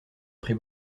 pris